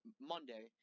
Monday